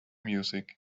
music